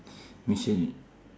mission im~